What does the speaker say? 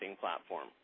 platform